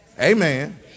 Amen